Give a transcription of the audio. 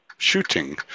shooting